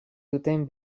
duten